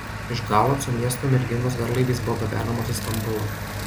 iš galaco miesto merginos garlaiviais buvo gabenamos į stambulą